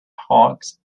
hawks